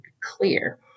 clear